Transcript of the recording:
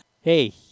Hey